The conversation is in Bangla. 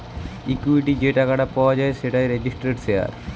ইকুইটি যে টাকাটা পাওয়া যায় সেটাই রেজিস্টার্ড শেয়ার